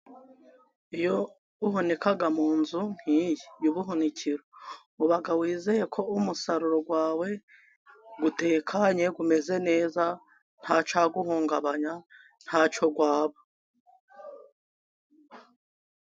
Iyo uhunika mu nzu nkiyi y'ubuhunikiro, uba wizeye ko umusaruro wawe utekanye, umeze neza ,nta cyawuhungabanya, ntacyo waba.